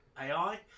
AI